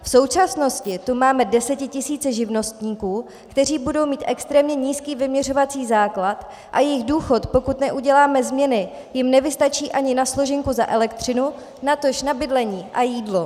V současnosti tu máme desetitisíce živnostníků, kteří budou mít extrémně nízký vyměřovací základ, a jejich důchod, pokud neuděláme změny, jim nevystačí ani na složenku za elektřinu, natož na bydlení a jídlo.